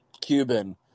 Cuban